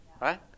right